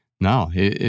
No